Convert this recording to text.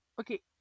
okay